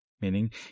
Meaning